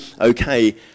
okay